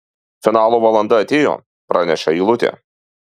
finalo valanda atėjo praneša eilutė